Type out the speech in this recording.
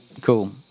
cool